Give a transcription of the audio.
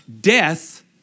death